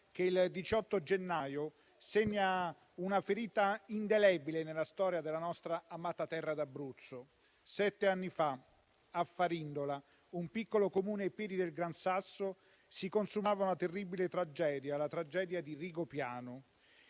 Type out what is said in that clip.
che il 18 gennaio segna una ferita indelebile nella storia della nostra amata terra d'Abruzzo. Sette anni fa, a Farindola, un piccolo Comune ai piedi del Gran Sasso, si consumava una terribile tragedia, la tragedia di Rigopiano.